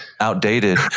Outdated